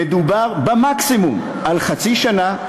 מדובר במקסימום חצי שנה,